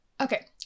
Okay